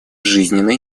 жизненно